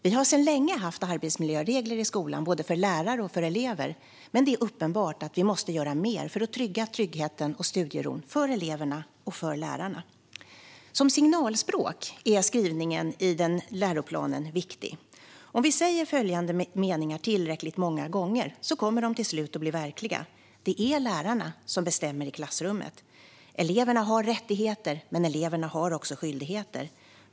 Vi har sedan länge haft arbetsmiljöregler i skolan, både för lärare och för elever, men det är uppenbart att vi måste göra mer för att trygga tryggheten och studieron för eleverna och för lärarna. Som signalspråk är skrivningen i läroplanen viktig. Om vi säger följande meningar tillräckligt många gånger kommer de till slut att bli verklighet: Det är lärarna som bestämmer i klassrummet. Eleverna har rättigheter, men eleverna har också skyldigheter.